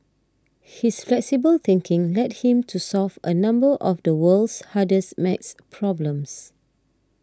his flexible thinking led him to solve a number of the world's hardest math problems